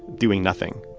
doing nothing